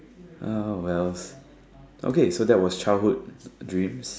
oh wells okay so that was childhood dreams